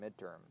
midterms